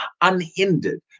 unhindered